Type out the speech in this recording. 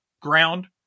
ground